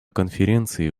конференции